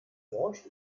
bräuchte